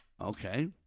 Okay